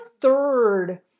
third